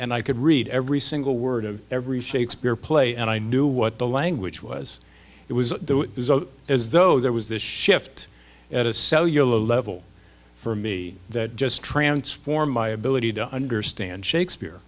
and i could read every single word of every shakespeare play and i knew what the language was it was as though there was this shift at a cellular level for me that just transformed my ability to understand shakespeare